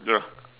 ya